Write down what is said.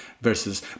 versus